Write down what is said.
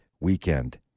weekend